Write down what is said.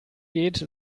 geht